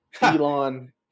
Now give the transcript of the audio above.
Elon